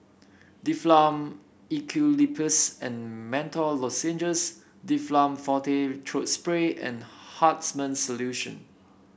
Difflam Eucalyptus and Menthol Lozenges Difflam Forte Throat Spray and Hartman's Solution